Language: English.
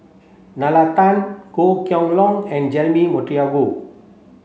Nalla Tan Goh Kheng Long and Jeremy